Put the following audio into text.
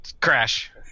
Crash